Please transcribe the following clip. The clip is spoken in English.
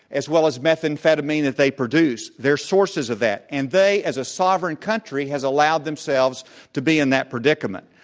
as well as methamphetamine that they produce, they're sources of that, and they as a sovereign country have allowed themselves to be in that predicament.